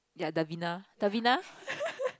ya Davina